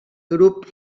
grup